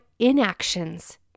inactions